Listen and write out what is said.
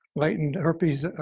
latent herpes,